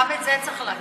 גם את זה צריך להגיד.